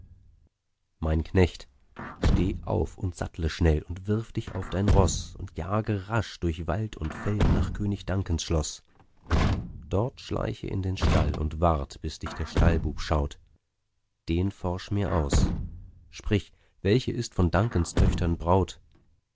mein knecht steh auf und sattle schnell und wirf dich auf dein roß und jage rasch durch wald und feld nach könig dunkans schloß dort schleiche in den stall und wart bis dich der stallbub schaut den forsch mir aus sprich welche ist von dunkans töchtern braut